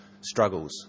struggles